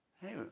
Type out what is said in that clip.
hey